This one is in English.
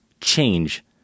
change